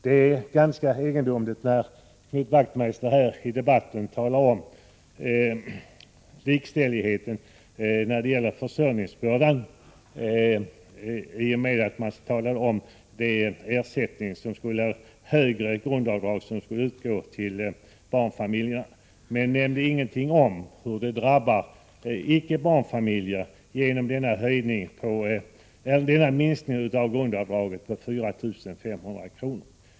Det är ganska egendomligt att Knut Wachtmeister här i debatten talar om likställigheten när det gäller försörjningsbördan — han pekar på det högre grundavdrag som skulle utgå till barnfamiljerna. Men han nämnde ingenting om hur icke barnfamiljer drabbas genom minskningen av grundavdraget med 4 500 kr.